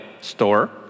store